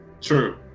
True